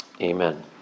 Amen